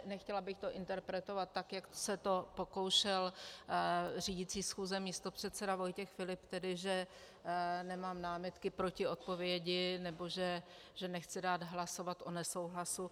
Nechtěla bych to interpretovat tak, jak se o to pokoušel řídící schůze místopředseda Vojtěch Filip, tedy že nemám námitky proti odpovědi, nebo že nechci dát hlasovat o nesouhlasu.